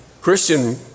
Christian